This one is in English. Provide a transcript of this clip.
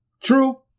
True